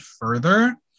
further